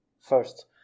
first